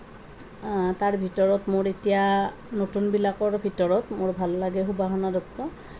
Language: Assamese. তাৰ ভিতৰত মোৰ এতিয়া নতুনবিলাকৰ ভিতৰত মোৰ ভাল লাগে সুবাসনা দত্ত